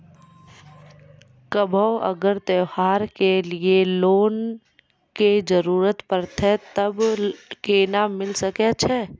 कभो अगर त्योहार के लिए लोन के जरूरत परतै तऽ केना मिल सकै छै?